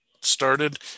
started